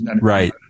right